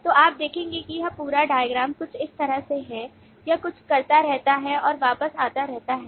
तो आप देखेंगे कि यह पूरा diagram कुछ इस तरह से है यह कुछ करता रहता है और वापस आता रहता है